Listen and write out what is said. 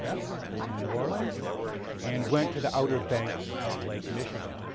yes, he was in new orleans and went to the outer banks of lake michigan.